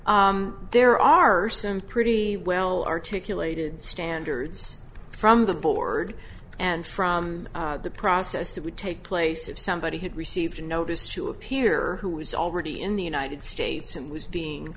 there are some pretty well articulated standards from the board and from the process that would take place if somebody had received a notice to appear who was already in the united states and was being